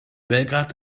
belgrad